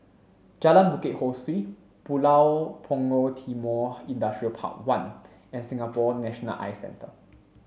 Jalan Bukit Ho Swee Pulau Punggol Timor Industrial Park One and Singapore National Eye Centre